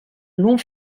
long